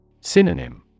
Synonym